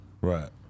right